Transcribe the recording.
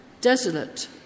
desolate